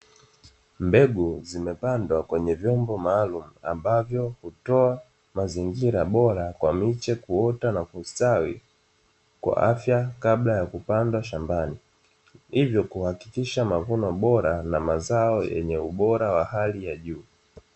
Mbegu zimepandwa kwenye vyombo maalumu ambavyo hutoa mazingira bora kwa miche kuota na kustawi kwa afya kabla ya kupandwa shambani, hivyo kuhakikisha mavuno bora na mazao yenye ubora wa hali ya juu.